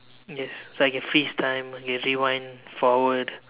yes so I can freeze time I can rewind forward